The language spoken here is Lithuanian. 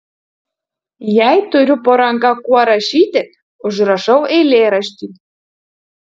jei turiu po ranka kuo rašyti užrašau eilėraštį